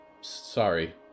Sorry